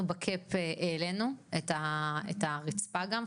אנחנו בקאפ העלינו את הרצפה גם,